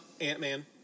Ant-Man